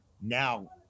now